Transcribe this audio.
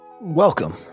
welcome